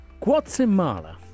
Guatemala